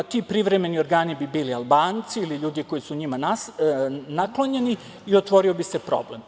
Ti privremeni organi bi bili Albanci ili ljudi koji su njima naklonjeni i otvorio bi se problem.